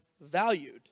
valued